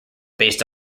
based